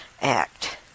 Act